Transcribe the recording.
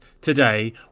today